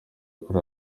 kuri